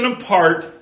apart